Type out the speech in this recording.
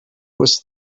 was